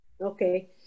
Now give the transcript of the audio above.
Okay